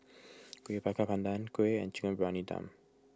Kueh Bakar Pandan Kuih and Chicken Briyani Dum